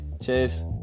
Cheers